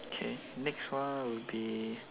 okay next one will be